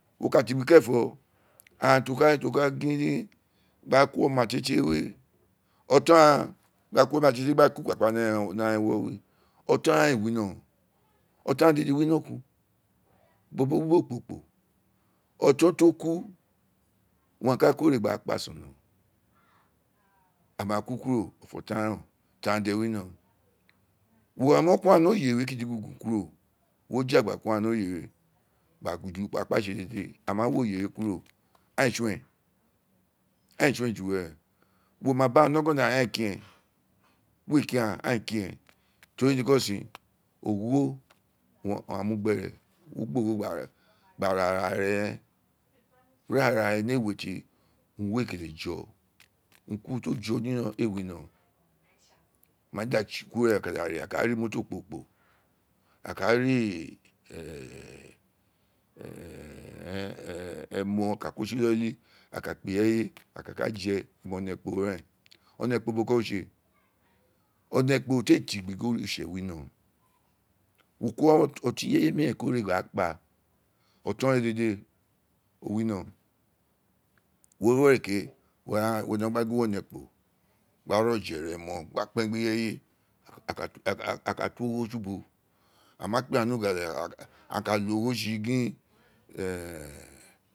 Wo ka tigbi keren fo aghaan ti a ka to ka gin gba ko omatie-tie ew oton-ghaan gba gbi ikpapa ni aghaan ewo we oton aghaan aa wi no oton aghaan dede wi inokun otin oton oku owun aghaan ka ko re gba kpa sono aa ina ku kuro ofo taren tenen ti aghaan de wino wo ma no ko aghaan ni oye kiti kiti ibo ja gba ko aghaan ni oye rea gba tse dede a ma wo oye we kuro aghaan ee sun uwo ju were wo ma ba aghaan ivi ogoma aghaan a kin ee we kin aghaan aghaan aa kin ee to ri niko sin ogho owun aghaan mu ghere wo gba ogho gba gba ra ara re reen were ara re ni ewe ti a kete jo ukun kurun ti o jo ni ira eren ee wino o ma da tsi kuro a ka da ri moto kporo kporo a kaa ri ee emo gbi ireye a ka kaa je emi one kporo ren one kporo boko wo tse one kporo ti ee tigbi gin oritse wino wo kpe re gba gbi otin onomiren re gba kpa oton re dede aghaan wino uwe ke uro no da one kporo gba re oje ra emo gba kpen gbi ireye a ku tu ogho tsi ubo a ma kpe aghaan ni ughala a ka lo ogho tsi tsi gin ee.